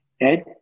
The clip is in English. Ed